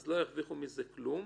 אז הם לא ירוויחו מזה כלום.